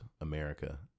america